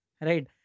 right